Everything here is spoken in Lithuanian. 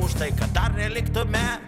už tai kad neliktume